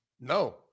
No